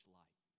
light